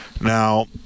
Now